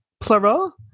plural